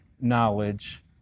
knowledge